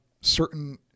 certain